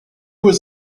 was